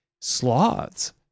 sloths